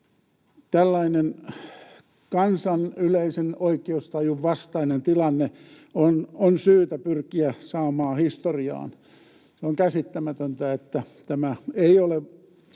Tällainen kansan yleisen oikeustajun vastainen tilanne on syytä pyrkiä saamaan historiaan. On käsittämätöntä, että jo